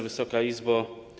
Wysoka Izbo!